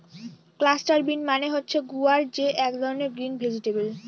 cluster bean মানে হচ্ছে গুয়ার যে এক ধরনের গ্রিন ভেজিটেবল